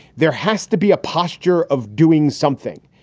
there has to be a posture of doing something.